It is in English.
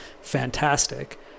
fantastic